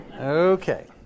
Okay